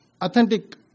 authentic